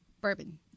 bourbon